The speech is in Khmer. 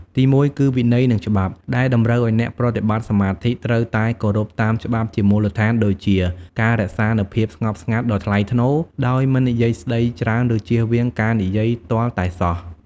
ទីមួយគឺ វិន័យ និងច្បាប់ ដែលតម្រូវឱ្យអ្នកប្រតិបត្តិសមាធិត្រូវតែគោរពតាមច្បាប់ជាមូលដ្ឋានដូចជា ការរក្សានូវ ភាពស្ងប់ស្ងាត់ដ៏ថ្លៃថ្នូរ ដោយមិននិយាយស្តីច្រើនឬជៀសវាងការនិយាយទាល់តែសោះ។